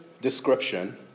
description